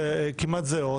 כמעט זהות.